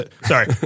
sorry